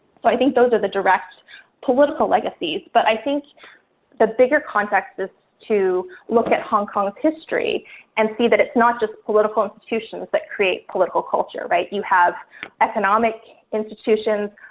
so i think those are the direct political legacies. but i think the bigger context is to look at hong kong's history and see that it's not just political institutions that create political culture, right, you have economic institutions.